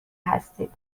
هستید